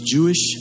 Jewish